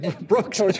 Brooks